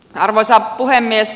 arvoisa puhemies